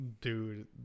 dude